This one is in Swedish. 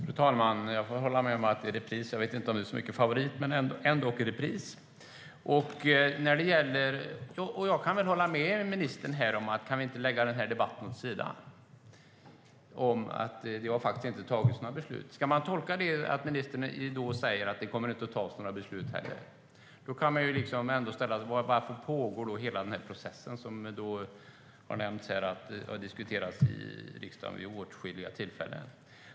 Fru talman! Jag får hålla med om att det är en repris. Jag vet inte om det är en favorit men dock en repris. Jag kan väl också hålla med ministern om att vi kan lägga denna debatt åt sidan då det inte har tagits några beslut. Men ska vi tolka det som att det inte kommer att tas några beslut heller? Varför pågår i så fall hela denna process som har diskuterats i riksdagen vid åtskilliga tillfällen?